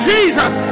Jesus